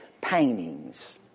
paintings